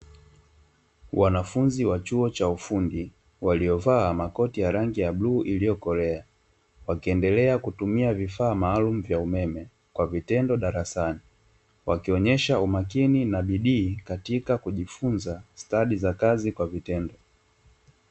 Wanafunzi wa chuo cha ufundi waliovaa makoti ya rangi bluu iliyokolea, wakiendelea kutumia vifaa maalumu vya umeme kwa vitendo darasani. Wakionyesha umakini na bidii katika kujifunza stadi za kazi kwa vitendo.